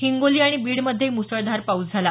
हिंगोली आणि बीड मध्येही मुसळधार पाऊस झाला